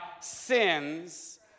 sins